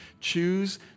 choose